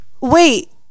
Wait